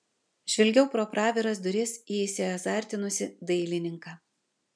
žvelgiau pro praviras duris į įsiazartinusį dailininką